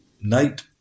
night